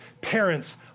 parents